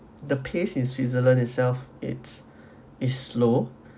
the pace in switzerland itself it's is slow